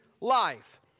life